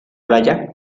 playa